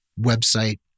website